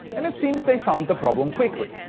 and it seems they found the problem quickly.